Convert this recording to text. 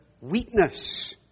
weakness